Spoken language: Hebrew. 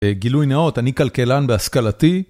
גילוי נאות, אני כלכלן בהשכלתי.